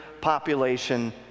population